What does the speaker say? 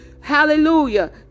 hallelujah